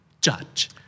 judge